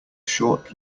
short